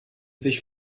sich